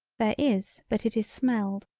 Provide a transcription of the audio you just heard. there is but it is smelled,